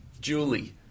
Julie